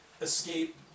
escape